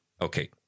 Okay